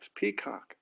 Peacock